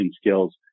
skills